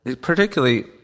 particularly